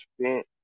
spent